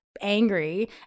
angry